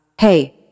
Hey